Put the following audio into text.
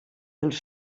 els